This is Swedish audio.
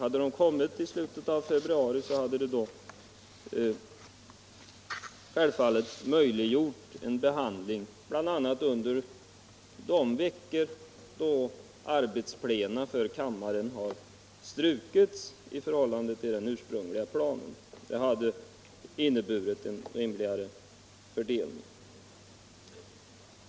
Hade de kommit fram i slutet av februari, skulle självfallet en behandling ha möjliggjorts bl.a. under de veckor då arbetsplena uppsatta på den ursprungliga planen för kammarens sammanträden blivit strukna. Det hade inneburit en rimligare fördelning.